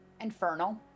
Infernal